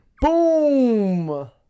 Boom